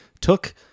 took